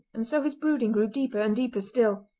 and so his brooding grew deeper and deeper still.